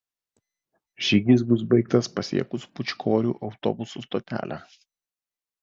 žygis bus baigtas pasiekus pūčkorių autobusų stotelę